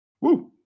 Woo